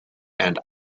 and